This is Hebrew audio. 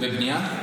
כן.